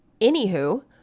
Anywho